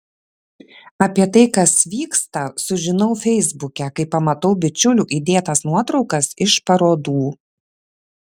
apie tai kas vyksta sužinau feisbuke kai pamatau bičiulių įdėtas nuotraukas iš parodų